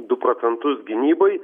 du procentus gynybai